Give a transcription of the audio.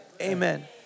Amen